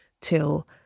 till